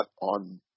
on